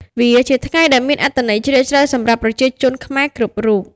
វាជាថ្ងៃដែលមានអត្ថន័យជ្រាលជ្រៅសម្រាប់ប្រជាជនខ្មែរគ្រប់រូប។